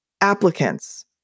applicants